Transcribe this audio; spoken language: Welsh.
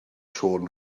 siôn